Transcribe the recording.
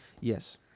Yes